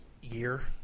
year